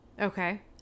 Okay